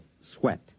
sweat